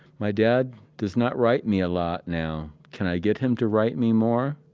my dad does not write me a lot now. can i get him to write me more?